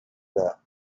that